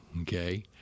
okay